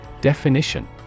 Definition